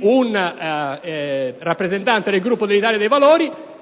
un rappresentante del Gruppo Italia dei Valori;